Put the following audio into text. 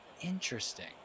Interesting